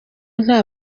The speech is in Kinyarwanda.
nta